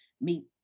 meet